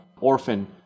orphan